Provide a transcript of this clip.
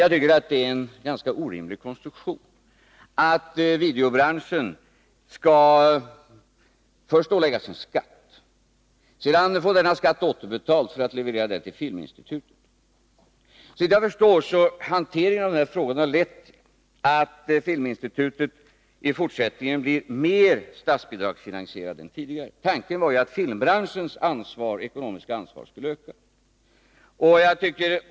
Jag tycker att det är en orimlig konstruktion att videobranschen först skall åläggas en skatt och sedan få denna skatt återbetald för att leverera den till filminstitutet. Såvitt jag förstår har hanteringen av denna fråga lett till att filminstitutet i fortsättningen blir mer statsbidragsfinansierat än tidigare. Tanken var att filmbranschens ekonomiska ansvar skulle öka.